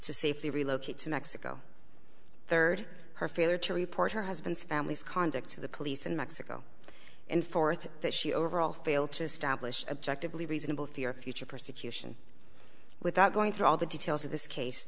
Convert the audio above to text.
to safely relocate to mexico third her failure to report her husband's family's conduct to the police in mexico in forth that she overall failed to establish objective leave reasonable fear of future persecution without going through all the details of this case